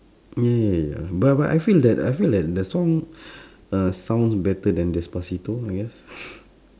ya ya ya but but I feel that I feel that the song uh sounds better than despacito I guess